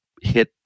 hit